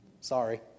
Sorry